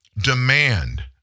demand